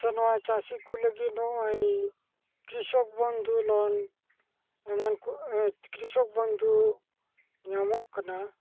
ᱥᱮ ᱱᱚᱜᱼᱚᱭ ᱪᱟᱥᱤᱠᱚ ᱞᱟᱹᱜᱤᱫ ᱱᱚᱜᱼᱚᱭ ᱠᱨᱤᱥᱚᱠ ᱵᱚᱱᱫᱷᱩ ᱞᱳᱱ ᱮᱢᱟᱱᱠᱚ ᱠᱨᱤᱥᱚᱠ ᱵᱚᱱᱫᱷᱩ ᱧᱟᱢᱚᱜ ᱠᱟᱱᱟ